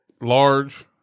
Large